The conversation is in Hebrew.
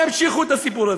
ימשיכו את הסיפור הזה.